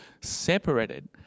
separated